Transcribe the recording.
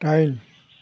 दाइन